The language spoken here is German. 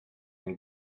den